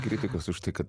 kritikos už tai kad